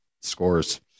scores